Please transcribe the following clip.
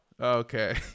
Okay